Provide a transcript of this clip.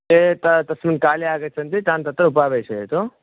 ते त तस्मिन्काले आगच्छन्ति तान् तत्र उपावेशयतु